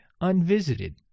unvisited